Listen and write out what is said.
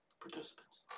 Participants